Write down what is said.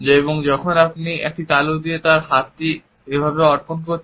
এবং যখন আপনি একটি তালু দিয়ে আপনার হাতটি এইভাবে অর্পণ করছেন